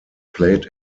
played